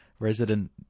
resident